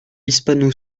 hispano